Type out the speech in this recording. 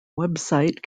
website